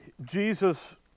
Jesus